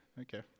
Okay